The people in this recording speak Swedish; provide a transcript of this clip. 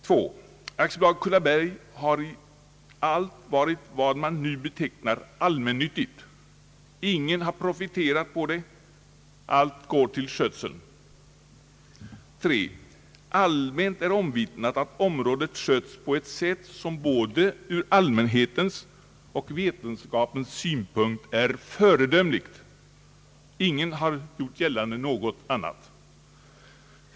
2) AB Kullabergs natur har i allt varit vad man nu betecknar allmännyttigt. Ingen har profiterat på det, allt går till skötseln. 3) Allmänt är omvittnat att området skötts på ett sätt som både ur allmänhetens och vetenskapens synpunkt är föredömligt. Ingen har gjort gällande något annat.